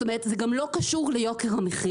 זאת אומרת זה גם לא קשור ליוקר המחייה,